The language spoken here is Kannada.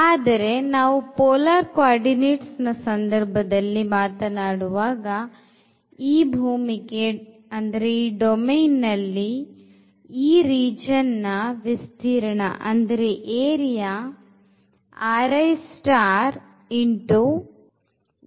ಆದರೆ ನಾವು polar coordinatesನ ಸಂದರ್ಭದಲ್ಲಿ ಮಾತನಾಡುವಾಗ ಈ ಭೂಮಿಕೆಯಲ್ಲಿ ಈ ಪ್ರದೇಶದ ವಿಸ್ತೀರ್ಣ ಆಗಿದೆ